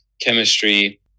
chemistry